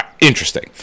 interesting